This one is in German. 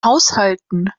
haushalten